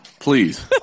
Please